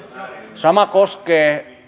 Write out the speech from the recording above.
sama koskee